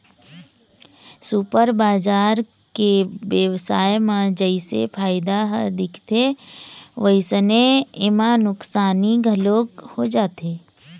super बजार के बेवसाय म जइसे फायदा ह दिखथे वइसने एमा नुकसानी घलोक हो जाथे